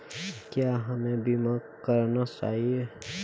क्या हमें बीमा करना चाहिए?